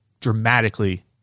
dramatically